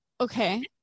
okay